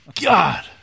god